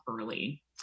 early